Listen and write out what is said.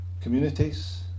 Communities